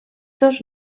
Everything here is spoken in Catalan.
dos